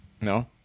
No